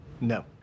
No